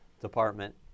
department